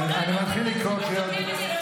אני מתחיל לקרוא קריאות,